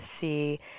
see